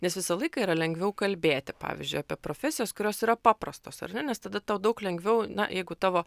nes visą laiką yra lengviau kalbėti pavyzdžiui apie profesijas kurios yra paprastos ar ne nes tada taua daug lengviau na jeigu tavo